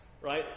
Right